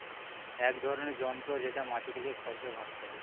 এক ধরনের যন্ত্র যেটা মাটি থেকে খড়কে ভাগ করে